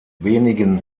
wenigen